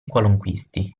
qualunquisti